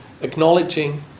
acknowledging